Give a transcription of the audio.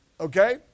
Okay